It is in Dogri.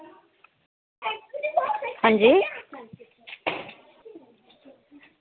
अंजी